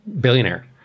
billionaire